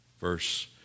verse